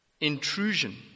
Intrusion